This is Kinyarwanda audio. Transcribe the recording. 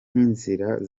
nzira